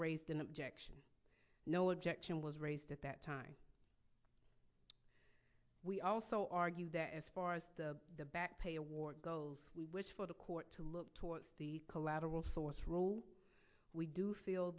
raised an objection no objection was raised at that time we also argue that as far as the back pay award goals we wish for the court to look towards the collateral source rule we do feel